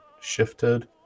shifted